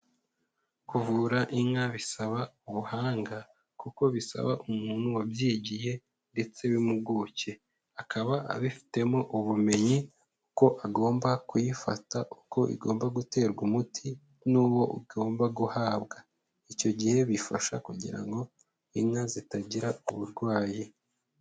Kuvura inka bisaba ubuhanga kuko bisaba umuntu wabyigiye ndetse w'impuguke, akaba abifitemo ubumenyi uko agomba kuyifata, uko igomba guterwa umuti n'uwo igomba guhabwa icyo gihe bifasha kugira ngo inka zitagira uburwayi.